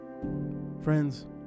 Friends